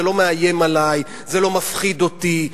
זה לא מאיים עלי, זה לא מפחיד אותי.